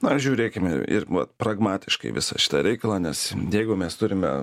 na žiūrėkime ir vat pragmatiškai visą šitą reikalą nes jeigu mes turime